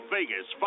Vegas